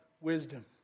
wisdom